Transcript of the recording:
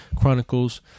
Chronicles